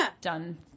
done